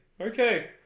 Okay